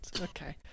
okay